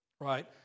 right